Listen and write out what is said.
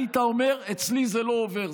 היית אומר: אצלי זה לא עובר,